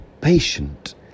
patient